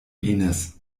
inis